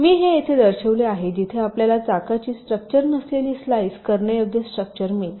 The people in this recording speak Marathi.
मी हे येथे दर्शविले आहे जिथे आपल्याला चाकाची स्ट्रक्चर नसलेली स्लाइस करण्यायोग्य स्ट्रक्चर मिळते